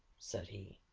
said he.